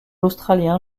australien